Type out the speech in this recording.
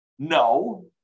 No